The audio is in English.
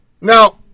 Now